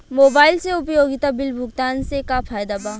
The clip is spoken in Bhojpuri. मोबाइल से उपयोगिता बिल भुगतान से का फायदा बा?